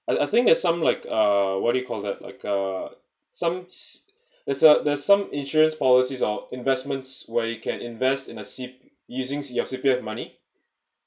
I I think there's some like uh what do you call that like uh some s~ it's a there's some insurance policies or investments where you can invest in a seep using your C_P_F money